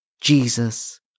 Jesus